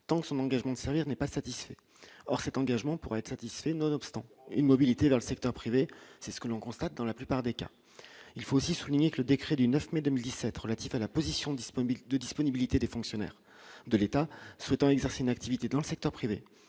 tant que son engagement de servir n'est pas satisfait, or cet engagement pour être satisfait, nonobstant une mobilité dans le secteur privé, c'est ce que l'on constate dans la plupart des cas, il faut aussi souligner que le décret du 9 mai 2017 relatif à la position disponible de disponibilité des fonctionnaires de l'État souhaitant exercer une activité dans le secteur privé,